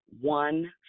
one